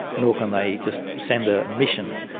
nor can they just send a mission,